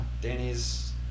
Danny's